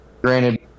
Granted